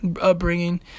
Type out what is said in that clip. upbringing